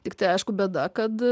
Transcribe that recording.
tiktai aišku bėda kad